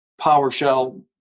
PowerShell